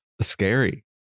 scary